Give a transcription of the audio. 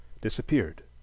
disappeared